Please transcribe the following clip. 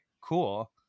Cool